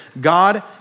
God